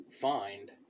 find